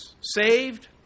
Saved